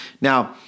Now